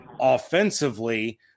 offensively